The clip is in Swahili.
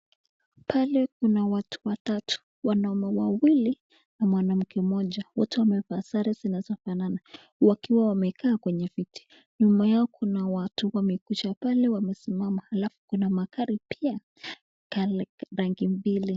Pale kuna watu watatu wananume wawili na mwanamke mmoja, wote wamevaa sare zinazofanana, wakiwa wamekaa kwenye viti, nyuma yao kuna watu wamekuja wamesimama alafu kuna magari pia pale pale pemebni.